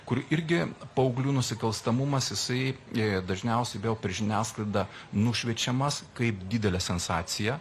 kur irgi paauglių nusikalstamumas jisai dažniausiai vėl per žiniasklaidą nušviečiamas kaip didelė sensacija